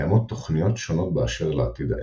קיימות תוכניות שונות באשר לעתיד העמק,